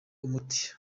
umuti